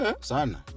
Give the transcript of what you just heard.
Son